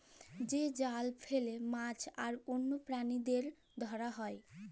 যে জাল জলে ফেলে মাছ আর অল্য প্রালিদের ধরা হ্যয়